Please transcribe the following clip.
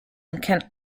can